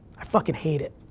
i fucking hate it.